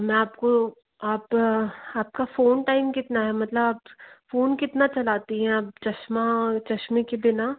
मैं आपको आप आपका फ़ोन टाइम कितना है मतलब आप फ़ोन कितना चलाती हैं आप चश्मा चश्में के बिना